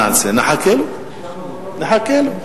נחכה לו.